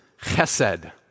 chesed